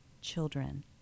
children